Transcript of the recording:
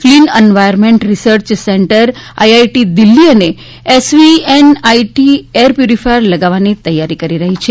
clean environment research centre CERC IIT Delhi અને SVNIT air purifier લગાવવાની તૈયારી કરી રહી છે